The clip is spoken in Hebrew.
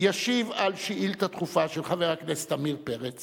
ישיב על שאילתא דחופה של חבר הכנסת עמיר פרץ